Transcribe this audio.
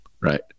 Right